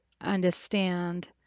understand